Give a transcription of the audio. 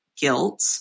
Guilt